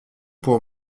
pour